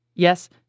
Yes